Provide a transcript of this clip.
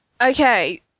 okay